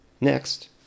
Next